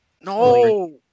No